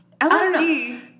LSD